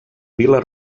vil·la